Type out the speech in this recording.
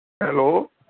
hello